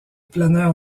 planeur